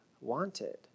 wanted